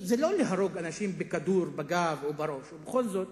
זה לא להרוג אנשים בכדור בגב או בראש, אבל בכל זאת